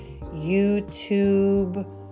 YouTube